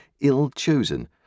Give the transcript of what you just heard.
ill-chosen